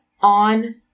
on